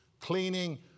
cleaning